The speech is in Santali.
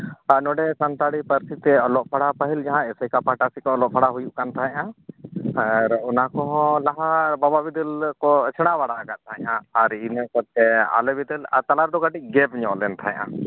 ᱟᱨ ᱱᱚᱰᱮ ᱥᱟᱱᱛᱟᱲᱤ ᱯᱟᱹᱨᱥᱤ ᱛᱮ ᱚᱞᱚᱜ ᱯᱟᱲᱦᱟᱣ ᱯᱟᱹᱦᱤᱞ ᱡᱟᱦᱟᱸ ᱮᱥᱮᱠᱟ ᱯᱟᱦᱴᱟ ᱥᱮᱫ ᱠᱷᱚᱱ ᱚᱞᱚᱜ ᱯᱟᱲᱦᱟᱜ ᱦᱩᱭᱩᱜ ᱠᱟᱱ ᱛᱟᱦᱮᱱᱟ ᱟᱨ ᱚᱱᱟ ᱠᱚᱦᱚᱸ ᱞᱟᱦᱟ ᱵᱟᱵᱟ ᱵᱤᱫᱟᱹᱞ ᱠᱚ ᱥᱮᱬᱟ ᱵᱟᱲᱟᱣ ᱠᱟᱜ ᱛᱟᱦᱮᱸᱫᱼᱟ ᱟᱨ ᱤᱱᱟᱹ ᱠᱟᱛᱮᱫ ᱟᱞᱮ ᱵᱤᱫᱟᱹᱞ ᱟᱛᱨᱟ ᱨᱮᱫᱚ ᱠᱟᱹᱴᱤᱡ ᱜᱮᱯ ᱧᱚᱜ ᱞᱮᱱ ᱛᱟᱦᱮᱸᱫᱼᱟ